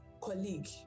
colleague